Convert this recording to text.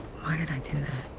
why did i do that?